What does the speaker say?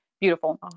beautiful